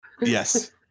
Yes